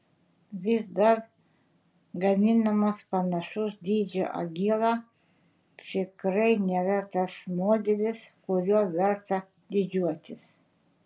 vis dar gaminamas panašaus dydžio agila tikrai nėra tas modelis kuriuo verta didžiuotis